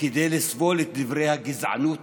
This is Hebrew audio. כדי לסבול את דברי הגזענות